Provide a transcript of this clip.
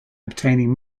obtaining